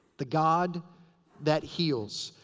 the god that heals.